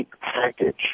package